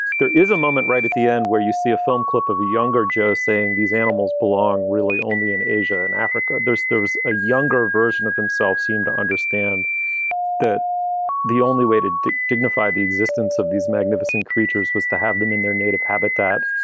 there is a moment right at the end where you see a film clip of a younger joe saying these animals belong really only in asia and africa. there's there's a younger version of himself. seemed to understand understand that the only way to to dignify the existence of these magnificent creatures was to have them in their native habitat.